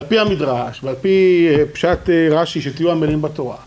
על פי המדרש, ועל פי פשט רש"י שתהיו עמלים בתורה.